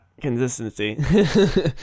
Consistency